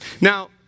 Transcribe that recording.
Now